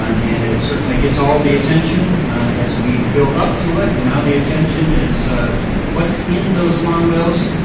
i mean it certainly gets all the attention as we build up to it and now the attention is what's in those farm bills.